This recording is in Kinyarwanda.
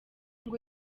ngo